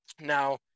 Now